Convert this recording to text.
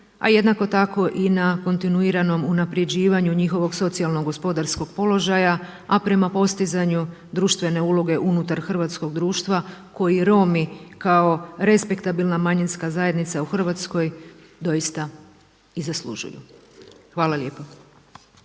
a jednako tako i na kontinuiranom unapređivanju njihovog socijalnog gospodarskog položaja, a prema postizanju društvene uloge unutar hrvatskog društva koji Romi kao respektabilna manjinska zajednica u Hrvatskoj doista i zaslužuje. Hvala lijepa.